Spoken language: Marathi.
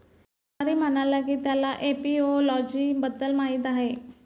मुरारी म्हणाला की त्याला एपिओलॉजी बद्दल माहीत आहे